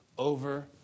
Over